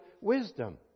wisdom